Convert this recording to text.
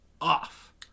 off